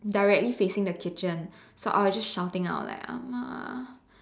directly facing the kitchen so I was just shouting out like ah-ma